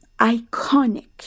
iconic